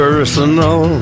Personal